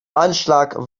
anschlag